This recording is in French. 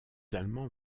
allemands